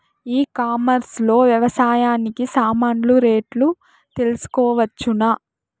ఈ కామర్స్ లో వ్యవసాయానికి సామాన్లు రేట్లు తెలుసుకోవచ్చునా?